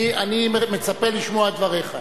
אני מצפה לשמוע את דבריך.